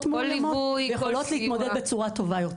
מאוימות ויכולות להתמודד בצורה טובה יותר.